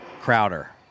Crowder